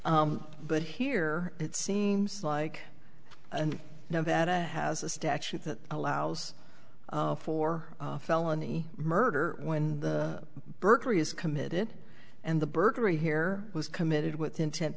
n but here it seems like and nevada has a statute that allows for felony murder when the burglary is committed and the burglary here was committed with inten